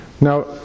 Now